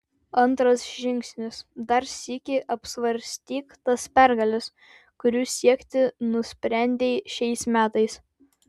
antras žingsnis dar sykį apsvarstyk tas pergales kurių siekti nusprendei šiais metais